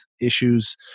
issues